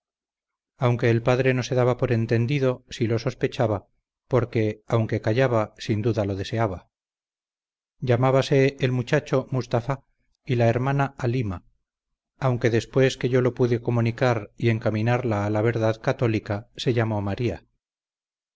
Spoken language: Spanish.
aunque el padre no se daba por entendido si lo sospechaba porque aunque callaba sin duda lo deseaba llamábase el muchacho mustafá y la hermana alima aunque después que yo la pude comunicar y encaminarla a la verdad católica se llamó maría